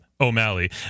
O'Malley